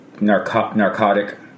narcotic